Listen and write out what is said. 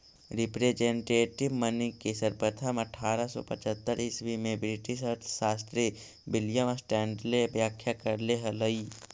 representative money के सर्वप्रथम अट्ठारह सौ पचहत्तर ईसवी में ब्रिटिश अर्थशास्त्री विलियम स्टैंडले व्याख्या करले हलई